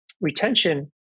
retention